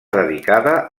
dedicada